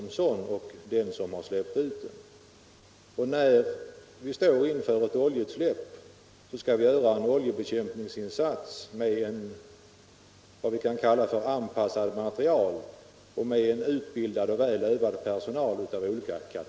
Det för definitivt inte frågan framåt.